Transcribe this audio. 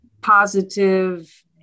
positive